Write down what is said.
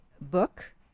book